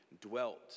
dwelt